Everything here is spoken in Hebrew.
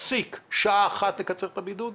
פסיק, שעה אחת לקצץ את הבידוד.